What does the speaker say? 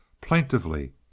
plaintively